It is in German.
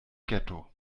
ghetto